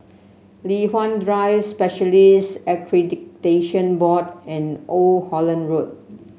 Li Hwan Drive Specialists Accreditation Board and Old Holland Road